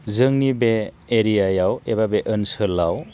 जोंनि बे एरियायाव एबा बे ओनसोलाव